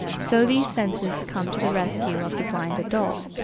so these senses come to the rescue of the blind adult,